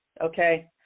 okay